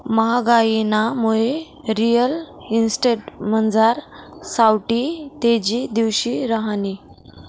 म्हागाईनामुये रिअल इस्टेटमझार सावठी तेजी दिवशी रहायनी